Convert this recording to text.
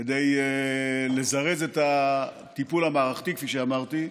כדי לזרז את הטיפול המערכתי, כפי שאמרתי,